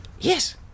Yes